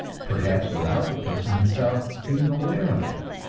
perhaps without the person himself being aware of it.